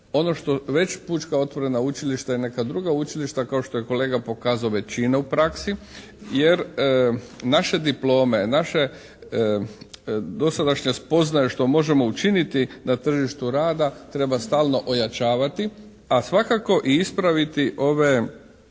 već pučka otvorena učilišta i neka druga učilišta kao što je kolega pokazao većina u praksi jer naše diplome, naša dosadašnja spoznaja što možemo učiniti na tržištu rada treba stalno ojačavati a svakako i ispraviti ove